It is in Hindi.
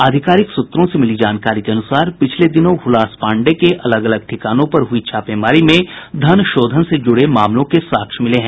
आधिकारिक सूत्रों से मिली जानकारी के अनुसार पिछले दिनों हुलास पाण्डेय के अलग अलग ठिकानों पर हुयी छापेमारी में धन शोधन से जुड़े मामलों के साक्ष्य मिले हैं